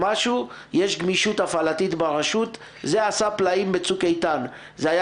כמובן שיש לנו בעיות עם הצורך לתגבר צוותים, ילדים